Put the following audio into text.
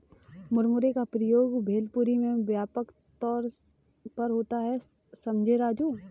मुरमुरे का प्रयोग भेलपुरी में व्यापक तौर पर होता है समझे राजू